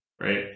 right